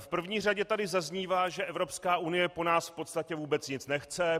V první řadě tady zaznívá, že Evropská unie po nás v podstatě vůbec nic nechce.